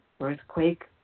earthquake